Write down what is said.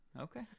Okay